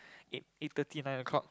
eight eight thirty nine o-clock